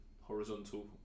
horizontal